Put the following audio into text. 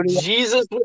Jesus